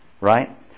Right